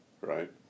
right